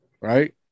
Right